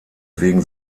wegen